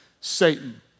Satan